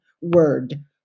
word